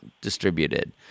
distributed